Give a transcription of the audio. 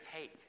take